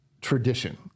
tradition